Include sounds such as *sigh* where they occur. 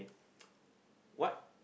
*noise* what